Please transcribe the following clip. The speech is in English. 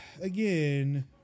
Again